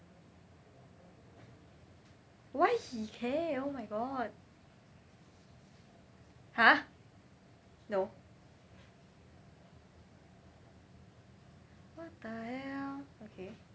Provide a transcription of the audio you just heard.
why he care oh my god !huh! no what the hell okay